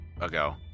ago